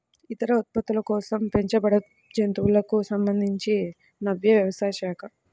ఇతర ఉత్పత్తుల కోసం పెంచబడేజంతువులకు సంబంధించినవ్యవసాయ శాఖ